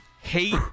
hate